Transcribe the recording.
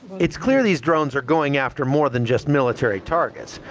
it is clear these drones are going after more than just military targets.